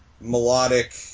melodic